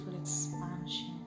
expansion